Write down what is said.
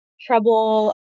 trouble